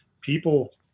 people